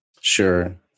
Sure